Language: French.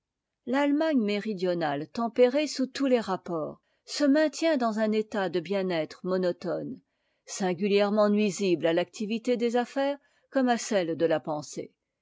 l'allemagne méridionale tempérée sous tous les rapports se maintient dans un état de bienêtre monotone singulièrement nuisible à l'activité des affaires comme à celle de la pensée